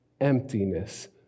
emptiness